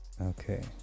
Okay